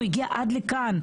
הוא הגיע עד לכאן.